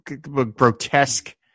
grotesque